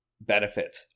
benefit